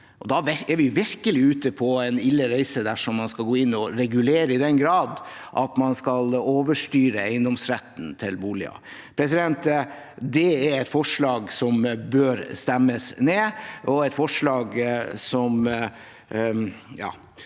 Vi er virkelig ute på en ille reise dersom man skal gå inn og regulere i den grad at man skal overstyre eiendomsretten til boliger. Det er et forslag som bør stemmes ned, og det er et forslag som i